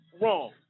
wrong